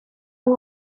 and